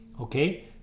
Okay